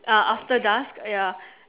uh after dusk ya